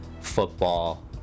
football